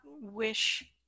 wish